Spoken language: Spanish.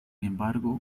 embargo